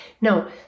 Now